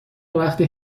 وقتی